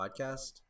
podcast